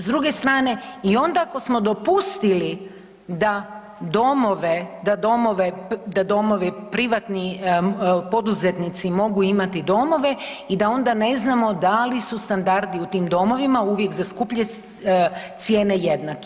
S druge strane i onda ako smo dopustili da domove, da domove, da domovi privatni poduzetnici mogu imati domove i da onda ne znamo da li su standardi u tim domovima uvijek za skuplje cijene jednaki.